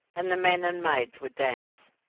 and the men and maids would dance.